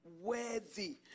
worthy